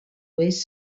oest